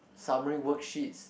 summary worksheets